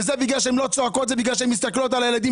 הן לא צועקות בגלל שהן מסתכלות על הילדים